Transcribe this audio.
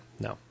no